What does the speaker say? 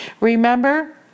remember